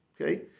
okay